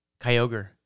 Kyogre